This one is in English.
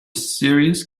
serious